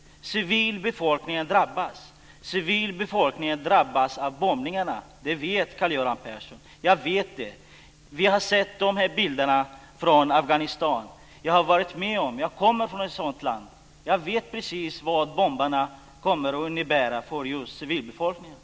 Civilbefolkningen drabbas av bombningarna. Det vet Karl-Göran Biörsmark. Jag vet det. Vi har sett bilderna från Afghanistan. Jag har varit med om detta. Jag kommer från ett sådant land. Jag vet precis vad bomberna kommer att innebära för civilbefolkningen.